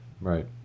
right